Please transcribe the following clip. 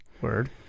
Word